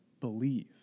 believe